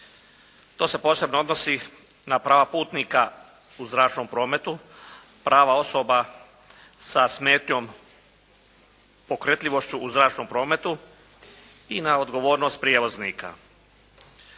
To se posebno odnosi na prava putnika u zračnom prometu, prava osoba sa smetnjom pokretljivošću u zračnom prometu i na odgovornost prijevoznika.